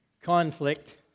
conflict